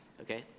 okay